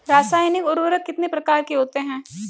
रासायनिक उर्वरक कितने प्रकार के होते हैं?